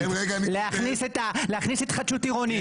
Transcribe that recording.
להכניס התחדשות עירונית,